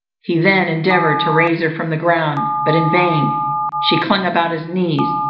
he then endeavoured to raise her from the ground but in vain she clung about his knees,